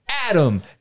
Adam